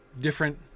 different